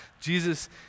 Jesus